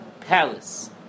palace